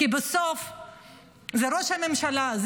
כי בסוף זה ראש הממשלה,